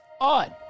on